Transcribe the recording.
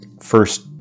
first